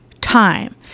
time